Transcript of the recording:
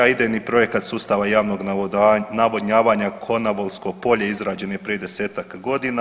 Idejni projekat sustava javnog navodnjavanja Konavolsko polje izrađen je prije 10-tak godina.